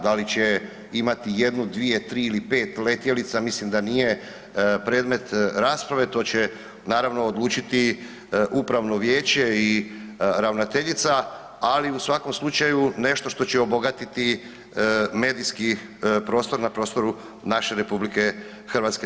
Da li će imati jednu, dvije, tri ili pet letjelica mislim da nije predmet rasprave, to će naravno odlučiti upravno vijeće i ravnateljica, ali u svakom slučaju nešto što će obogatiti medijski prostor na prostoru naše RH.